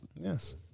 Yes